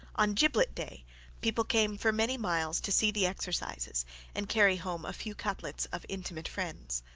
on giblet day people came for many miles to see the exercises and carry home a few cutlets of intimate friends.